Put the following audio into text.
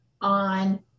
on